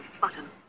button